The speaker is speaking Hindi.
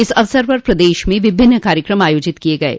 इस अवसर पर प्रदेश में विभिन्न कार्यक्रम आयोजित किये गये